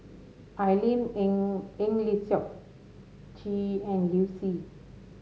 Al Lim Eng Eng Lee Seok Chee and Liu Si